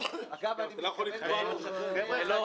מרגע שהוא יהודי ערך החיים --- שאלתי על